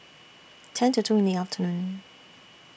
ten to two in The afternoon